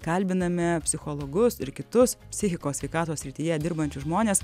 kalbiname psichologus ir kitus psichikos sveikatos srityje dirbančius žmones